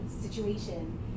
situation